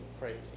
crazy